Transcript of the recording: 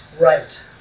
Right